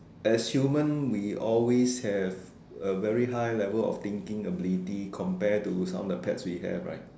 as human we always have a very high level of thinking ability compared to some of the pets we have right